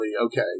okay